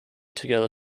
together